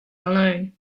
alone